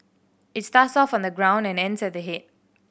it starts off on the ground and ends at the head